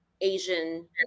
Asian